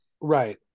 Right